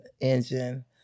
Engine